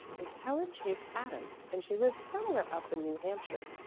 it's helen chase adams, and she lives somewhere up in new hampshire.